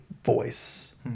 Voice